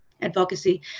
advocacy